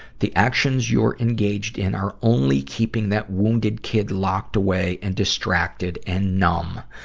the actions you're engaged in are only keeping that wounded kid locked away and distracted and numb.